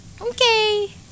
okay